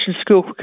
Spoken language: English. school